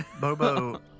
Bobo